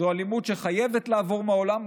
זו אלימות שחייבת לעבור מהעולם,